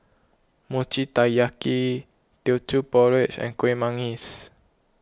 Mochi Taiyaki Teochew Porridge and Kuih Manggis